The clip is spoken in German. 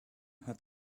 hat